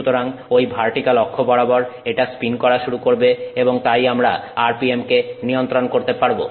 সুতরাং ঐ ভার্টিক্যাল অক্ষ বরাবর এটা স্পিন করা শুরু করবে এবং তাই আমরা RPM কে নিয়ন্ত্রন করতে পারব